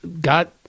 got